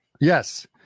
Yes